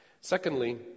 Secondly